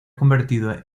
convertido